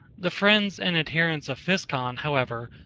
the friends and adherents of physcon, however,